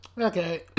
Okay